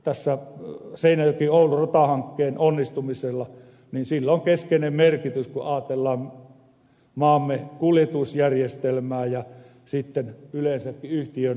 tällä seinäjokioulu ratahankkeen onnistumisella on keskeinen merkitys kun ajatellaan maamme kuljetusjärjestelmää ja sitten yleensäkin yhtiön kilpailukykyä